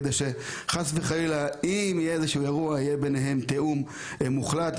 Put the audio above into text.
כדי שאם חס וחלילה יהיה איזשהו אירוע יהיה ביניהם תיאום מוחלט.